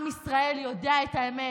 עם ישראל יודע את האמת.